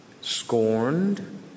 scorned